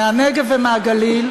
מהנגב ומהגליל,